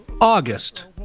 August